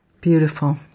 Beautiful